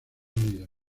unidos